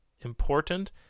important